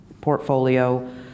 portfolio